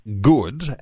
good